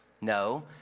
No